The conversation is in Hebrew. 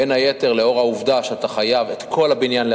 בין היתר לאור העובדה שאתה חייב להשכיר